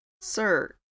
Sir